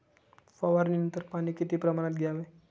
फवारणीनंतर पाणी किती प्रमाणात द्यावे?